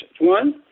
One